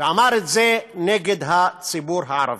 ואמר את זה נגד הציבור הערבי.